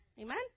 Amen